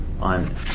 on